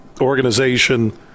organization